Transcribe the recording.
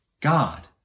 God